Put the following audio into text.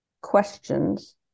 questions